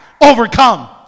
overcome